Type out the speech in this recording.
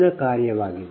ನ ಕಾರ್ಯವಾಗಿದೆ